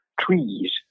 trees